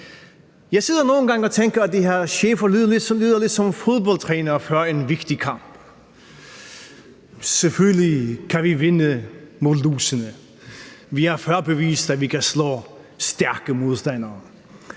Jeg sidder nogle gange og tænker, at de her chefer lyder lidt som fodboldtrænere før en vigtig kamp: Selvfølgelig kan vi vinde over lusene; vi har før bevist, at vi kan slå stærke modstandere.